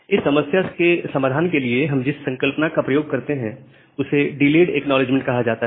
इस समस्या के समाधान के लिए हम जिस संकल्पना का प्रयोग करते हैं उसे डिलेड एक्नॉलेजमेंट कहा जाता है